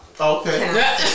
Okay